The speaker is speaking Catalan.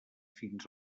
fins